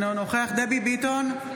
אינו נוכח דבי ביטון,